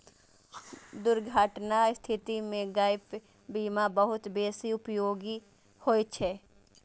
दुर्घटनाक स्थिति मे गैप बीमा बहुत बेसी उपयोगी होइ छै